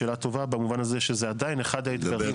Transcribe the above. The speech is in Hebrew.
שאלה טובה במובן הזה שזה עדיין אחד האתגרים